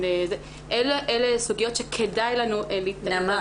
אלה סוגיות שכדאי לנו --- נעמה,